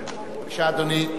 בבקשה, אדוני.